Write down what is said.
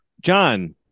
John